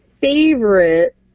favorite